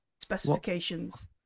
specifications